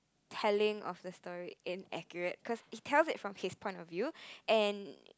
telling of the story inaccurate cause he tells it from his point of view and